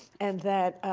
and that,